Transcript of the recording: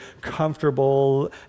comfortable